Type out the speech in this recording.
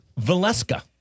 Valeska